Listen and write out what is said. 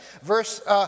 Verse